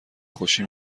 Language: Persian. خوشی